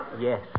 Yes